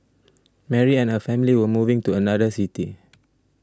Mary and her family were moving to another city